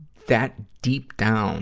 that deep down